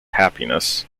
happiness